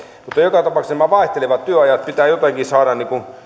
joka tapauksessa nämä vaihtelevat työajat pitää jotenkin saada